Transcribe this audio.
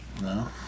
No